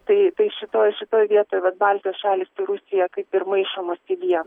tai tai šitoj šitoj vietoj vat baltijos šalys su rusija kaip ir maišomos į vie